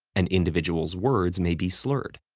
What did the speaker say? an individual's words may be slurred.